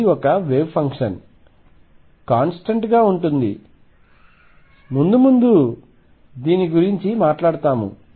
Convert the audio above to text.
ఇది ఒక wave function constant గా ఉంటుంది ముందు ముందు దీని గురించి మాట్లాడుతాము